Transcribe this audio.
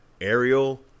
Ariel